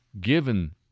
given